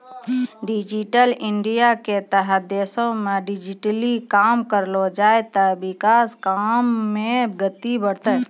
digital इंडियाके तहत देशमे डिजिटली काम करलो जाय ते विकास काम मे गति बढ़तै